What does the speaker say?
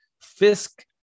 Fisk